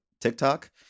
TikTok